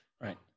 Right